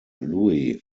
louie